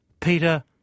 Peter